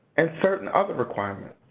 and certain other requirements.